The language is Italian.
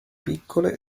piccole